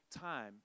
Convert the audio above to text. time